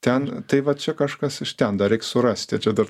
ten tai va čia kažkas iš ten dar reik surasti čia dar